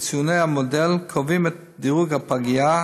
וציוני המודל קובעים את דירוג הפגייה,